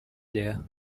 there